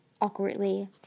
awkwardly